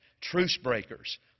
truce-breakers